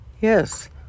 yes